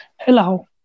Hello